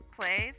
plays